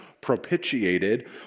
propitiated